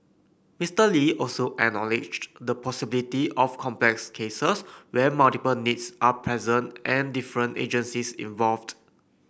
Mister Lee also acknowledged the possibility of complex cases where multiple needs are present and different agencies involved